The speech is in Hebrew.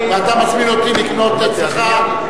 ואתה מזמין אותי לקנות אצלך.